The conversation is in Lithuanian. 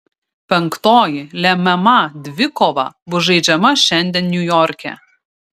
penktoji lemiama dvikova bus žaidžiama šiandien niujorke